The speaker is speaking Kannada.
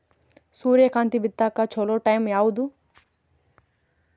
ಸೂರ್ಯಕಾಂತಿ ಬಿತ್ತಕ ಚೋಲೊ ಟೈಂ ಯಾವುದು?